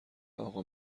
اقا